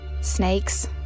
Snakes